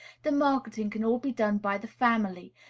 the marketing can all be done by the family,